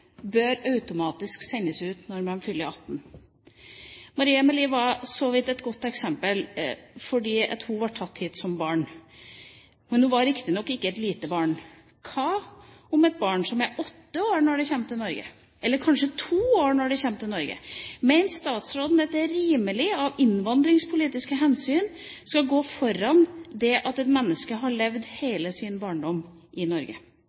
automatisk bør sendes ut når de fyller 18. Maria Amelie er for så vidt et godt eksempel fordi hun ble tatt hit som barn. Men hun var ikke et lite barn. Hva om et barn er åtte år når det kommer til Norge, eller kanskje to år når det kommer til Norge? Mener statsråden det er rimelig at innvandringspolitiske hensyn skal gå foran det at et menneske har levd hele sin barndom i Norge?